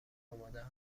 آماده